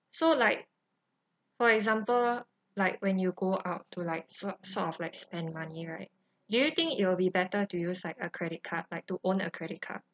so like for example like when you go out to like sort sort of like spend money right do you think it will be better to use like a credit card like to own a credit card